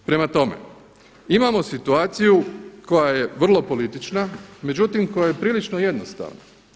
Prema tome, imamo situaciju koja je vrlo politična, međutim koja je prilično jednostavna.